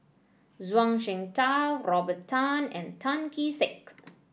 Zhuang Shengtao Robert Tan and Tan Kee Sek